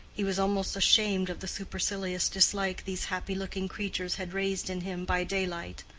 he was almost ashamed of the supercilious dislike these happy-looking creatures had raised in him by daylight.